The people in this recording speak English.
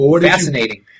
Fascinating